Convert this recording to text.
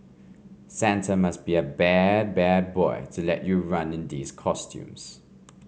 Santa must be a bad bad boy to let you run in these costumes